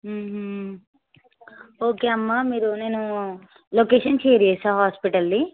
okay అమ్మ మీరు నేను లొకేషన్ షేర్ చేస్తాను హాస్పిటల్ది